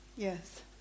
Yes